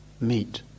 meet